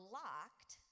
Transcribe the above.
locked